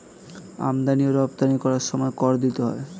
আমদানি ও রপ্তানি করার সময় কর দিতে হয়